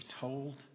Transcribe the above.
told